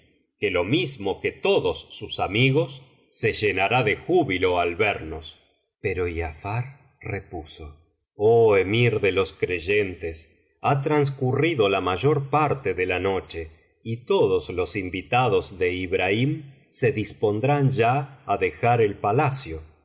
que lo mismo que todos sus amigos se llenará de júbilo al vernos pero griafar repuso oh emir de los creyentes ha transcurrido la mayor parte de la noche y todos los invitados de ibrahim se dispondrán ya á dejar el palacio y